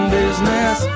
business